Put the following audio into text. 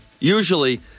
usually